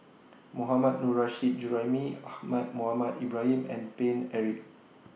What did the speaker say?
Mohammad Nurrasyid Juraimi Ahmad Mohamed Ibrahim and Paine Eric